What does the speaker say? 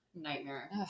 Nightmare